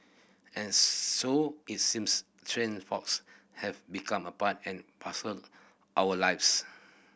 and so it seems train faults have become a part and parcel our lives